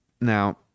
Now